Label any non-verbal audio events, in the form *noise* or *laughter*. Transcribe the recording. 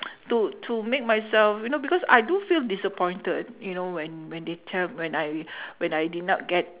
*noise* to to make myself you know because I do feel disappointed you know when when they tell when I *breath* when I did not get